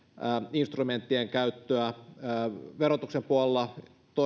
instrumenttien käyttöä verotuksen puolella